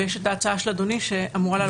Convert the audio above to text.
ויש את ההצעה של אדוני שאמורה לעלות